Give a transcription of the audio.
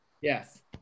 Yes